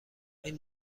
این